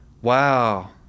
wow